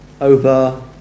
over